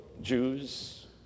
Jews